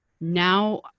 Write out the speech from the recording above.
now